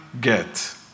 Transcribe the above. get